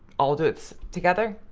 all do it together.